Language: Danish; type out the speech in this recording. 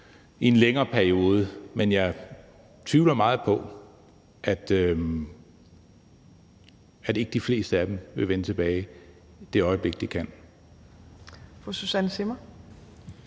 i en længere periode. Men jeg tvivler meget på, at de fleste af dem ikke vil vende tilbage, det øjeblik de kan.